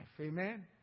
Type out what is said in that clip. Amen